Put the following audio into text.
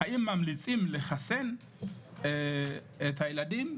ממליצים לחסן את הילדים